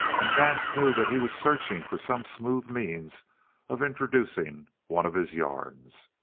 and vance knew that he was searching for some smooth means of introducing one of his yarns.